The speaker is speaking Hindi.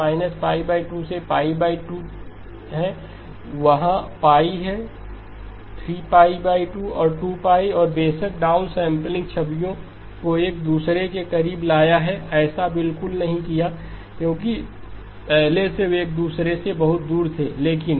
यह π 2 से π 2 है वहाँ π है 3π 2 और 2π और बेशक डाउनसैंपलिंग छवियों को एक दूसरे के करीब लाया है ऐसा बिल्कुल नहीं किया क्योंकि पहले से वे एक दुसरे से बहुत दूर थे लेकिन